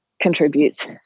contribute